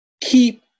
keep